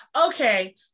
Okay